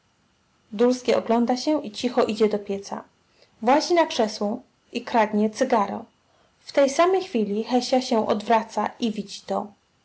ogląda się i cicho idzie do pieca wyłazi na krzesło i kradnie cygaro w tej samej chwili hesia się odwraca i widzi to